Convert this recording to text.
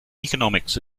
economics